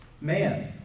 man